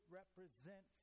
represent